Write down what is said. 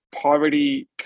poverty